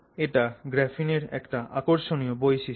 এটা গ্রাফিনের একটা আকর্ষণীয় বৈশিষ্ট্য